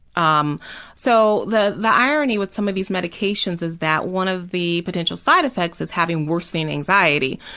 um so the the irony with some of these medications is that one of the potential side effects is having worsening anxiety.